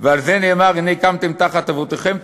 ועל זה נאמר: "הנה קמתם תחת אבתיכם,